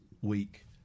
week